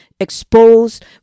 exposed